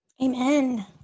Amen